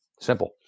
Simple